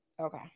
Okay